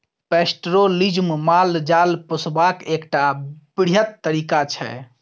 pastoralism माल जाल पोसबाक एकटा बृहत तरीका छै